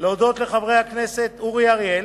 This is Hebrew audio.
להודות לחברי הכנסת אורי אריאל,